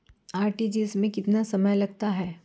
RTGS में कितना समय लगता है?